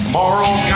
moral